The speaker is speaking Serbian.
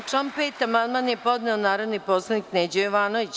Na član 5. amandman je podneo narodni poslanik Neđo Jovanović.